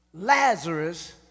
Lazarus